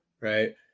Right